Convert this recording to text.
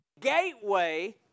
gateway